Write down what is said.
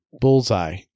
Bullseye